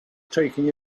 taking